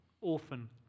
orphan